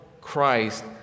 Christ